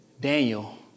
Daniel